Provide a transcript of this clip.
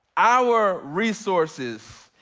our resources,